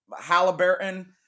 Halliburton